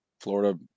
Florida